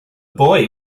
boy